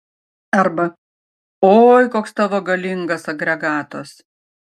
arba oi koks tavo galingas agregatas